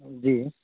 جی